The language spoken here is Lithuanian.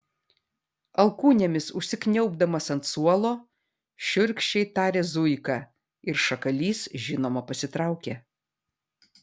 alkūnėmis užsikniaubdamas ant suolo šiurkščiai tarė zuika ir šakalys žinoma pasitraukė